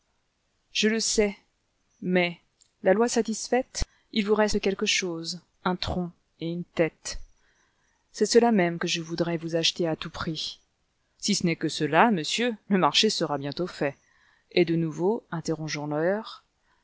je le sais mais la loi satisfaite il vous reste quelque chose un tronc et une tête c'est cela même que je voudrais vous acheter à tout prix si ce n'est que cela monsieur le marché sera bientôt fait et de nouveau interrogeant l'heure